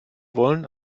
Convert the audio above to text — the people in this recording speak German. wollen